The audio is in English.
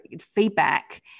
feedback